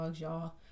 y'all